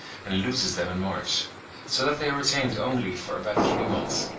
and loses them in march so that they are retained only for about three months.